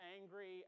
angry